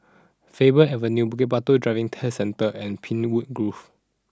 Faber Avenue Bukit Batok Driving Test Centre and Pinewood Grove